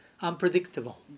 unpredictable